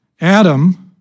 Adam